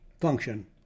function